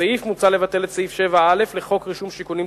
בסעיף מוצע לבטל את סעיף 7(א) לחוק רישום שיכונים ציבוריים.